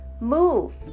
move